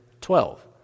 Twelve